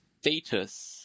status